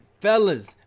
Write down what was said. Fellas